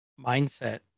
mindset